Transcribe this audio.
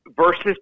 versus